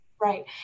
Right